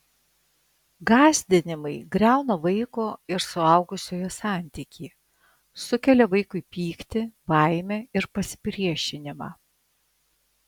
gąsdinimai griauna vaiko ir suaugusiojo santykį sukelia vaikui pyktį baimę ir pasipriešinimą